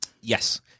Yes